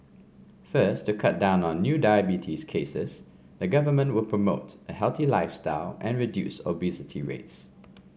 first to cut down on new diabetes cases the Government will promote a healthy lifestyle and reduce obesity rates